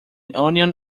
onion